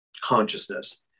consciousness